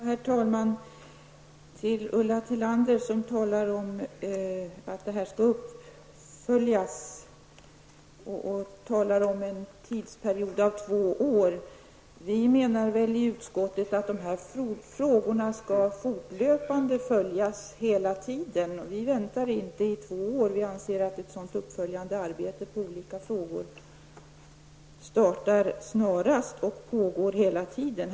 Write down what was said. Herr talman! Till Ulla Tillander som talar om att det här skall följas upp efter en tidsperiod på två år: Vi menar i utskottet att dessa frågor fortlöpande skall följas upp. Vi väntar inte i två år. Vi anser att ett uppföljningsarbete i olika frågor måste starta snarast och pågå hela tiden.